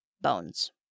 bones